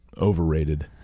Overrated